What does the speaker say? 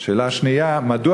2. מדוע